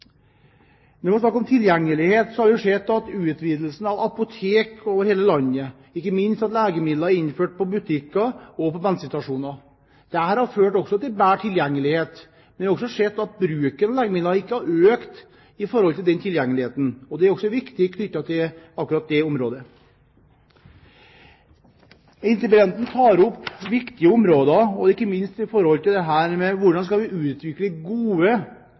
Når vi snakker om tilgjengelighet, har vi sett utvidelsen av apotek over hele landet, og ikke minst at legemidler er innført i butikker og på bensinstasjoner. Dette har ført til bedre tilgjengelighet, men vi har også sett at bruken av legemidler ikke har økt i forhold til den tilgjengeligheten. Det er også viktig. Interpellanten tar opp viktige områder, ikke minst i forhold til hvordan vi skal utvikle kvalitativt gode legemidler også i framtiden. Vi